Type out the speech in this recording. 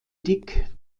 dick